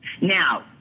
Now